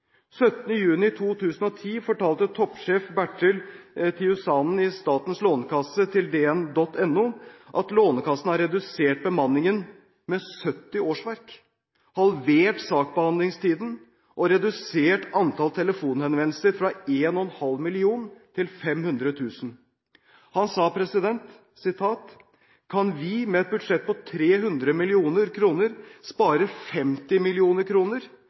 juni 2010 fortalte toppsjef Bertil Tiusanen i Statens Lånekasse til DN.no, at Lånekassen har redusert bemanningen med 70 årsverk, halvert saksbehandlingstiden og redusert antallet telefonhenvendelser fra 1,5 millioner til 500 000. Han sa: «Kan vi, med et budsjett på 300 mill. kr, spare 50